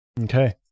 Okay